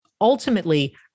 ultimately